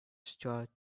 straw